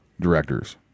directors